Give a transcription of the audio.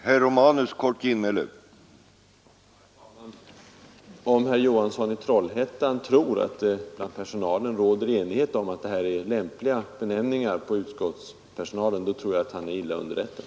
Herr talman! Om herr Johansson i Trollhättan tror, att det bland personalen råder enighet om, att de av utredningen föreslagna benämningarna på utskottspersonalen är lämpliga, är han illa underrättad.